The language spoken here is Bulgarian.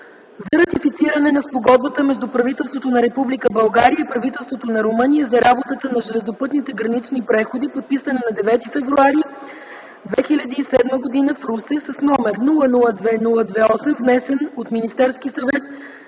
за ратифициране на Спогодбата между правителството на Република България и правителството на Румъния за работата на железопътните гранични преходи, подписана на 9 февруари 2007 г. в Русе, № 002-02-8, внесен от Министерския съвет